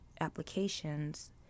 applications